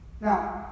Now